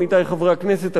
עמיתי חברי הכנסת,